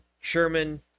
Sherman